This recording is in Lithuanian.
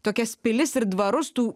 tokias pilis ir dvarus tų